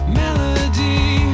melody